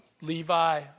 Levi